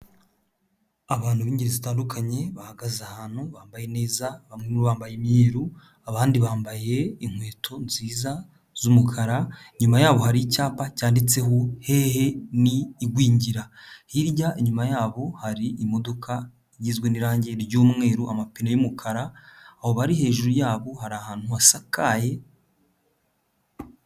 Abantu b'ingeri zitandukanye bahagaze ahantu, bambaye neza bamwe bambaye imyeru, abandi bambaye inkweto nziza z'umukara, inyuma yabo hari icyapa cyanditseho hehe n'igwingira. Hirya inyuma yabo hari imodoka igizwe n'irangi ry'umweru amapine y'umukara, aho bari hejuru yaho, hari ahantu hasakaye.